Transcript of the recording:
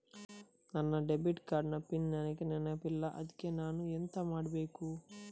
ನನ್ನ debit card ನ pin ನನಗೆ ನೆನಪಿಲ್ಲ ಅದ್ಕೆ ನಾನು ಎಂತ ಮಾಡಬೇಕು?